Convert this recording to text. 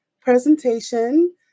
presentation